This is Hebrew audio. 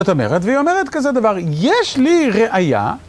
זאת אומרת, והיא אומרת כזה דבר, יש לי ראייה.